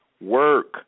work